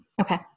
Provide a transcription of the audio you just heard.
Okay